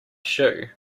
shoe